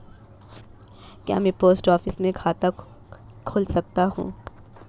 क्या मैं post office में खाता खोल सकता हूँ?